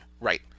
Right